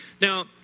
Now